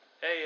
Hey